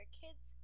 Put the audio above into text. kids